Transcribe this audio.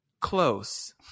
Close